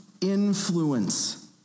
influence